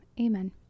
Amen